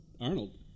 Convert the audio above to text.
Arnold